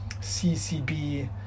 CCB